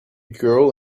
girl